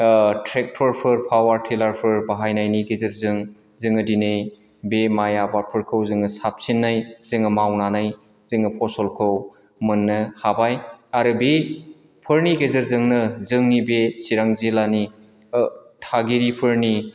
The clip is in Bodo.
ट्रेक्टरफोर पावार थिलार फोर बाहायनायनि गेजेरजों जोङो दिनै बे माइ आबादफोरखौ जोङो साबसिनै जोङो मावनानै जोङो फसलखौ मोननो हाबाय आरो बेफोरनि गेजेरजोंनो जोंनि बे चिरां जिल्लानि थागिरिफोरनि